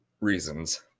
reasons